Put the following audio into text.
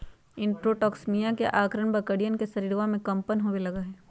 enterotoxaemia के अआरण बकरियन के शरीरवा में कम्पन होवे लगा हई